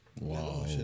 Wow